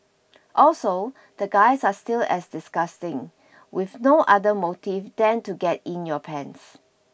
also the guys are still as disgusting with no other motives than to get in your pants